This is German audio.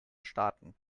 staaten